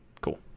cool